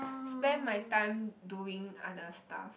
spend my time doing other stuff